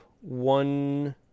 one